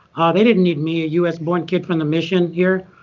they didn't need me a u s born kid from the mission here.